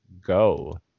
go